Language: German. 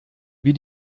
wie